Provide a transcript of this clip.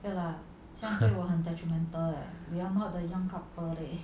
!huh!